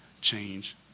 change